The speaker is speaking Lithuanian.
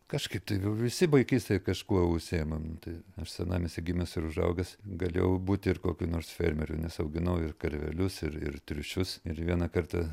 kažkaip tai visi vaikystėj kažkuo užsiėmėm tai aš senamiesty gimęs ir užaugęs galėjau būti ir kokiu nors fermeriu nes auginau ir karvelius ir ir triušius ir vieną kartą